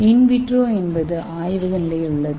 இன் vitro என்பது ஆய்வக நிலையில் உள்ளது